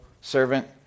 servant